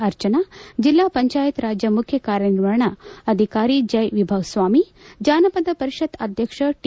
ಅರ್ಜನಾ ಜಿಲ್ಲಾ ಪಂಚಾಯತ್ ಮುಖ್ಯ ಕಾರ್ಯನಿರ್ವಹಣಾಧಿಕಾರಿ ಜಯ ವಿಭವ ಸ್ವಾಮಿ ಜಾನಪದ ಪರಿಷತ್ತ್ ಅಧ್ವಕ್ಷ ಟಿ